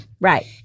Right